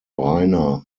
reiner